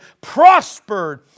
prospered